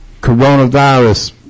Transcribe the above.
coronavirus